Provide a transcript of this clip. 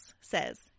says